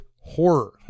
horror